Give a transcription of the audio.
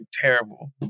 terrible